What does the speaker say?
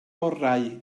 orau